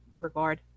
regard